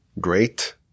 great